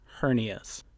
hernias